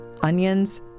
onions